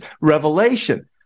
revelation